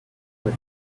with